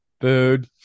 food